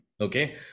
Okay